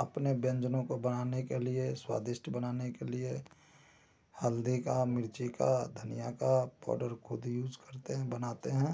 अपने व्यंजनों को बनाने के लिए स्वादिष्ट बनाने के लिए हल्दी का मिर्ची का धनिया का पोडर खुद यूज करते हैं बनाते हैं